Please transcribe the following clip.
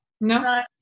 No